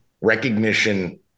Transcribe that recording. recognition